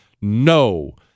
no